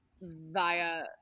via